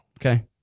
Okay